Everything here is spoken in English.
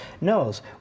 knows